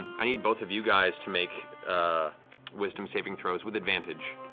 i need both of you guys to make wisdom saving throws with advantage.